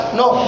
no